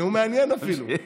נאום מעניין, אפילו.